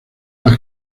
las